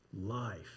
life